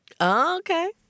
Okay